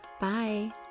Bye